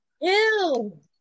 Ew